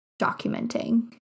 documenting